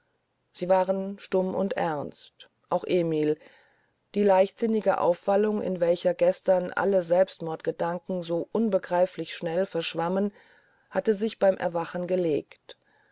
sie waren stumm und ernst auch emil die leichtsinnige aufwallung in welcher gestern alle selbstmordgedanken so unbegreiflich schnell verschwammen hatte sich beim erwachen gelegt